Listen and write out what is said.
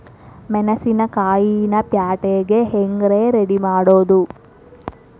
ಮೆಣಸಿನಕಾಯಿನ ಪ್ಯಾಟಿಗೆ ಹ್ಯಾಂಗ್ ರೇ ರೆಡಿಮಾಡೋದು?